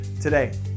today